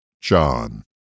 John